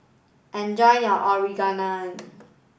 enjoy your Onigiri